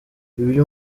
ibyo